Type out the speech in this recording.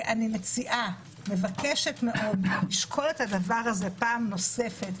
אני מבקשת מאוד לשקול את הדבר הזה פעם נוספת.